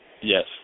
Yes